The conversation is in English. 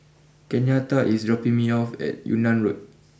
Kenyatta is dropping me off at Yunnan Road